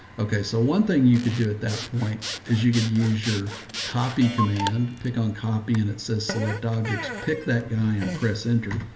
okay. so one thing you could do at that point is you could use your copy command pick on copy, and it says, select objects, pick that guy and press enter.